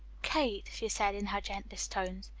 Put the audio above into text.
kate, she said in her gentlest tones,